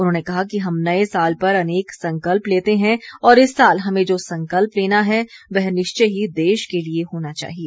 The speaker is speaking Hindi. उन्होंने कहा कि हम नए साल पर अनेक संकल्प लेते हैं और इस साल हमें जो संकल्प लेना है वह निश्चय ही देश के लिए होना चाहिए